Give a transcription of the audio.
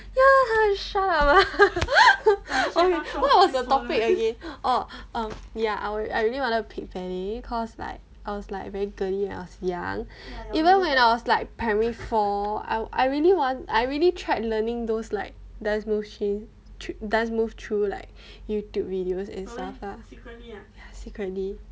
ya shut up ah okay what was the topic again or um ya I'll I really wanted to pick ballet cause like I was like very girly when I was young even when I was like primary four I I really want I really tried learning those like dance machine dance move through like youtube videos and stuff lah ya secretly